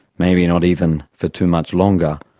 maybe not even for too much longer,